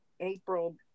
april